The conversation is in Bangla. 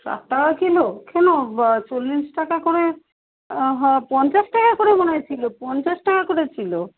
ষাট টাকা কিলো কেন চল্লিশ টাকা করে হা পঞ্চাশ টাকা করে মনে হয় ছিল পঞ্চাশ টাকা করে ছিল